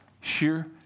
sheer